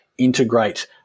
integrate